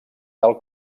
tal